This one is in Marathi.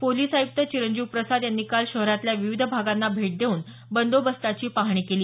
पोलिस आयुक्त चिरंजीव प्रसाद यांनी काल शहरातल्या विविध भागांना भेट देऊन बंदोबस्ताची पहाणी केली